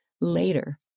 Later